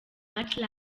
love